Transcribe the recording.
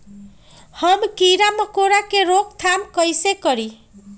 हम किरा मकोरा के रोक थाम कईसे करी?